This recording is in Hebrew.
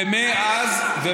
ומאז, תגיד לי, במה זה עוזר להם?